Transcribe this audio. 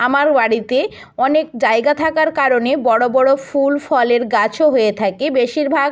আমার বাড়িতে অনেক জায়গা থাকার কারণে বড়ো বড়ো ফুল ফলের গাছও হয়ে থাকে বেশিরভাগ